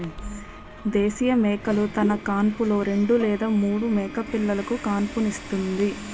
దేశీయ మేకలు తన కాన్పులో రెండు లేదా మూడు మేకపిల్లలుకు కాన్పుస్తుంది